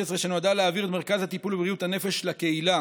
אשר נועדה להעביר את מרכז הטיפול בבריאות הנפש לקהילה